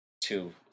two